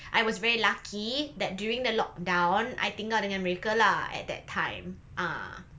I was very lucky that during the lockdown I tinggal dengan mereka lah at that time ah